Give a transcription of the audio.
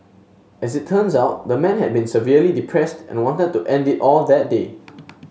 as it turns out the man had been severely depressed and wanted to end it all that day